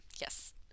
Yes